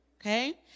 okay